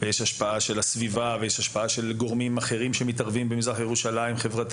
ויש השפעה של הסביבה ושל גורמים חברתיים ואחרים שמתערבים במזרח ירושלים.